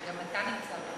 גם אתה נמצא פה.